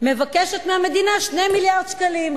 מבקשת מהמדינה 2 מיליארד שקלים.